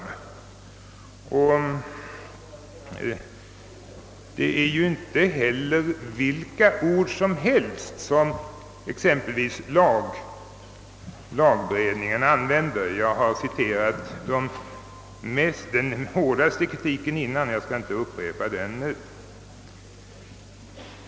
Det är inte heller vilka ord som helst som exempelvis lagberedningen använder. Jag har citerat den hårdaste kritiken förut. Jag skall inte upprepa den nu.